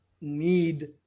need